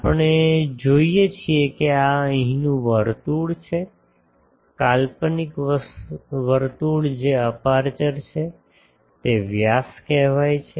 આપણે જોઈએ છીએ કે આ અહીંનું વર્તુળ છે કાલ્પનિક વર્તુળ જે અપેર્ચર છે તે વ્યાસ કહેવાય છે